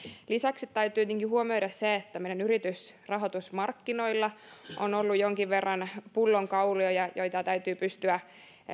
lisäksi täytyy tietenkin huomioida se että meidän yritysrahoitusmarkkinoilla on ollut jonkin verran pullonkauloja joita täytyy pystyä